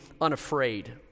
unafraid